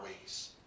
ways